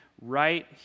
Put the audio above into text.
right